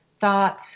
thoughts